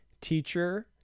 teacher